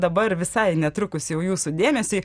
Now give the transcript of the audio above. dabar visai netrukus jau jūsų dėmesiui